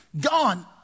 Gone